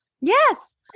Yes